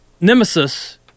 Nemesis